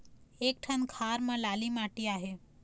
एक ठन खार म लाली माटी आहे?